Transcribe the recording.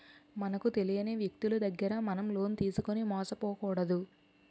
మనకు తెలియని వ్యక్తులు దగ్గర మనం లోన్ తీసుకుని మోసపోకూడదు